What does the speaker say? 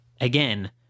again